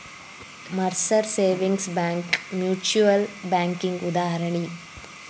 Mercer savings bank mutual ಬ್ಯಾಂಕಿಗಿ ಉದಾಹರಣಿ